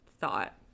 thought